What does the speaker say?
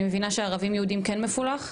אני מבינה שערבים-יהודים כן מפולח?